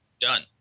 Done